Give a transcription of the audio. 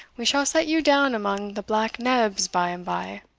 we shall set you down among the black-nebs by and by.